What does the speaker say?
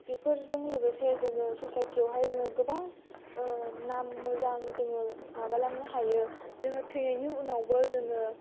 बेफोरजों लोगोसे जोङो सचायटि आव हाय जोङो गोबां नाम मोजां जोङो माबालांनो हायो जोङो थैनायनि उनावबो जोङो